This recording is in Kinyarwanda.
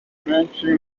menshi